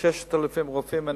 בכ-6,000 רופאים פרטיים,